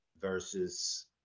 versus